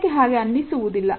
ನನಗೆ ಹಾಗೆ ಅನ್ನಿಸುವುದಿಲ್ಲ